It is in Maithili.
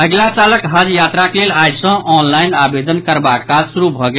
अगिला सालक हज यात्राक लेल आई सँ ऑनलाईन आवेदन करबाक काज शुरू भऽ गेल